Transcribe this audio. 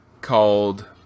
called